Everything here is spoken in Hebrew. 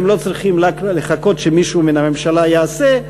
והם לא צריכים לחכות שמישהו מן הממשלה יעשה.